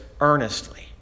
earnestly